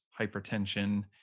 hypertension